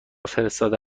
فرستاده